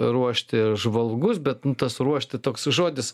ruošti žvalgus bet nu tas ruošti toks žodis